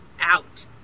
out